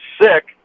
sick